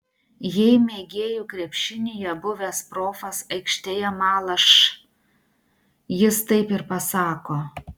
jei mėgėjų krepšinyje buvęs profas aikštėje mala š jis taip ir pasako